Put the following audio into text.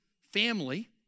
family